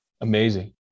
Amazing